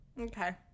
okay